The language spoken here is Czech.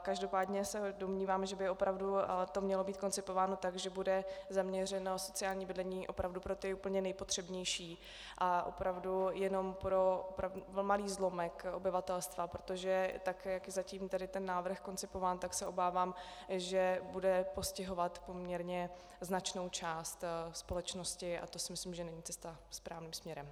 Každopádně se domnívám, že by to opravdu mělo být koncipováno tak, že bude zaměřeno sociální bydlení opravdu pro ty úplně nejpotřebnější a opravdu jenom pro malý zlomek obyvatelstva, protože tak jak je zatím ten návrh koncipován, tak se obávám, že bude postihovat poměrně značnou část společnosti, a to si myslím, že není cesta správným směrem.